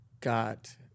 got